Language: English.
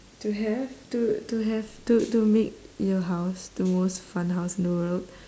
to have to to have to to make your house the most fun house in the world